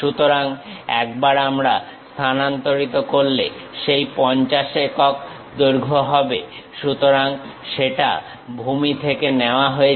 সুতরাং একবার আমরা স্থানান্তরিত করলে সেই 50 একক হবে দৈর্ঘ্য সুতরাং সেটা ভূমি থেকে নেয়া হয়েছে